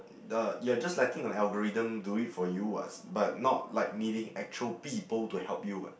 the you're just letting the algorithm do it for you what but not like needing actual people to help you what